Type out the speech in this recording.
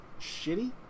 shitty